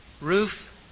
roof